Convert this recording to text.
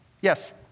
Yes